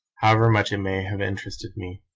however much it may have interested me.